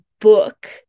book